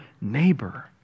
neighbor